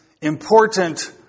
important